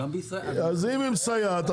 אם היא מסייעת,